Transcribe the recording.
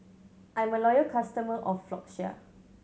I'm a loyal customer of Floxia